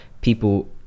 people